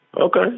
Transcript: Okay